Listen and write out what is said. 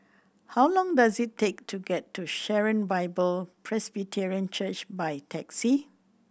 how long does it take to get to Sharon Bible Presbyterian Church by taxi